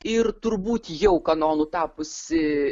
ir turbūt jau kanonu tapusi